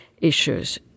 issues